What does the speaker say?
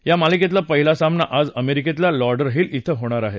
या मालिकेतला पहिला सामना आज अमेरिकेतल्या लॉंडरहिल इथं होणार आहे